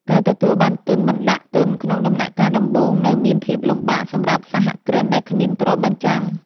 ការទទួលបានទុនបណ្ដាក់ទុនក្នុងដំណាក់កាលដំបូងនៅមានភាពលំបាកសម្រាប់សហគ្រិនដែលគ្មានទ្រព្យបញ្ចាំ។